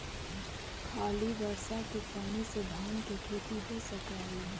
खाली बर्षा के पानी से धान के खेती हो सक हइ?